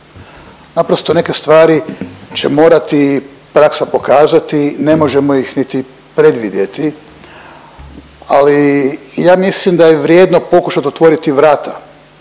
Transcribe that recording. Naprosto neke stvari će morati praksa pokazati, ne možemo ih niti predvidjeti, ali ja mislim da je vrijedno pokušat otvorit vrata